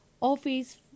Office